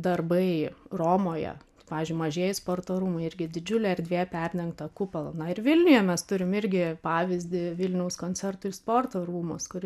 darbai romoje tai pavyzdžiui mažieji sporto rūmai irgi didžiulė erdvė perdengta kupolu na ir vilniuje mes turim irgi pavyzdį vilniaus koncertų ir sporto rūmuos kur